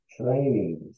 Trainings